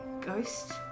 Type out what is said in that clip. Ghost